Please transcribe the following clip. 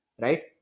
right